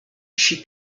she